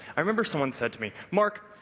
i remember someone said to me, mark,